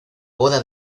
boda